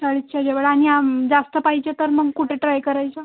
चाळीसच्या जवळ आणि आम् जास्त पाहिजे तर मग कुठे ट्राय करायचं